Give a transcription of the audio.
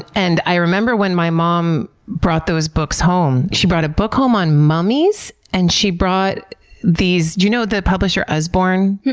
and i remember when my mom brought those books home. she brought a book home on mummies and she brought these. you know the publisher usborne?